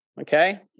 okay